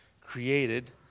created